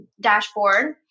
dashboard